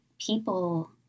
people